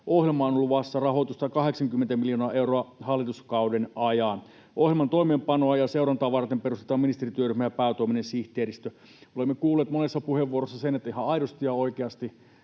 Ohjelmaan on luvassa rahoitusta 80 miljoonaa euroa hallituskauden ajan. Ohjelman toimeenpanoa ja seurantaa varten perustetaan ministerityöryhmä ja päätoiminen sihteeristö. Olemme kuulleet monessa puheenvuorossa sen, että ihan aidosti ja oikeasti